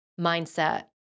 mindset